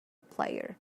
player